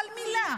אבל מילה,